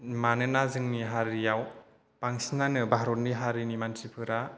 मानोना जोंनि हारियाव बांसिनानो भारतनि हारिनि मानसिफोरा